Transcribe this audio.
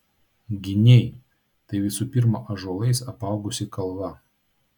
giniai tai visų pirma ąžuolais apaugusi kalva